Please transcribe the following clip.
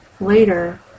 later